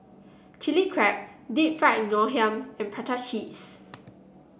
Chilli Crab Deep Fried Ngoh Hiang and Prata Cheese